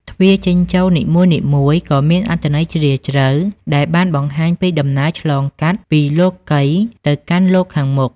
ទ្វារចេញចូលនីមួយៗក៏មានអត្ថន័យជ្រាលជ្រៅដែលបានបង្ហាញពីដំណើរឆ្លងកាត់ពីលោកីយ៍ទៅកាន់លោកខាងក្នុង។